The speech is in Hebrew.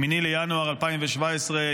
8 בינואר 2017,